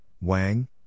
Wang